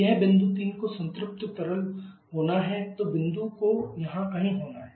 यदि बिंदु 3 को संतृप्त तरल होना है तो बिंदु को यहां कहीं होना है